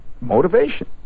motivation